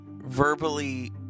verbally